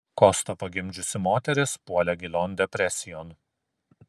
kostą pagimdžiusi moteris puolė gilion depresijon